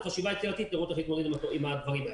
חשיבה יצירתית לראות איך להתמודד עם הדברים האלה.